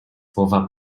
słowa